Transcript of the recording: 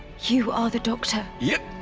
you are the doctor. yep.